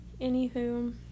Anywho